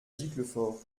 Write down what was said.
giclefort